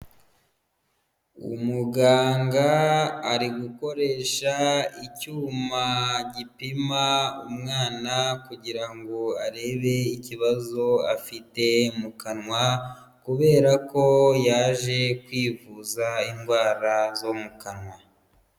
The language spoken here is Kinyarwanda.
Umuganga ari gukoresha icyuma gipima umwana kugira ngo arebe ikibazo afite mu kanwa, kubera ko yaje kwivuza indwara zo mu kanwa.